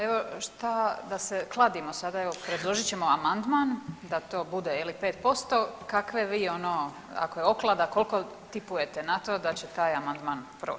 Evo šta da se kladimo sada evo predložit ćemo amandman da to bude je li 5%, kakvi vi ono, ako je oklada koliko tipujete na to da će taj amandman proći?